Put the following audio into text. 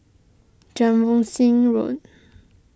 Road